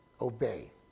obey